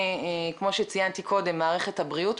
כמובן שזה היה בא על חשבון פרויקטים